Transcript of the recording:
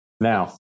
Now